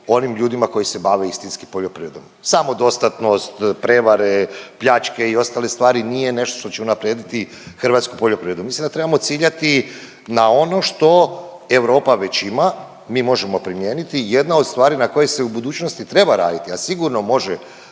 onim ljudima koji se bave istinski poljoprivredom. Samodostatnost, prevare, pljačke i ostale stvari nije nešto što će unaprijediti hrvatsku poljoprivredu, mislim da trebamo ciljati na ono što Europa već ima, mi možemo primijeniti. Jedna od stvari na koje se u budućnosti treba raditi, a sigurno može